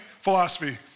philosophy